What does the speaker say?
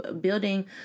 building